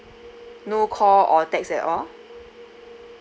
no call or text at all